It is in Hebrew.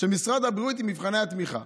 משרד הבריאות, עם מבחני התמיכה.